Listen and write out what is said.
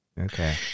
Okay